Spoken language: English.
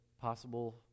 possible